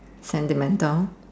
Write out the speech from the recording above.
sentimental